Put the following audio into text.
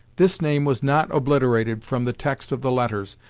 this name was not obliterated from the text of the letters,